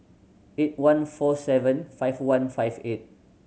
eight one four seven five one five eight